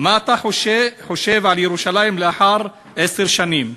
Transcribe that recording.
מה אתה חושב על ירושלים לאחר עשר שנים?